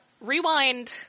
Rewind